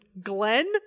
Glenn